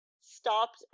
stopped